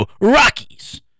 Rockies